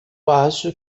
acho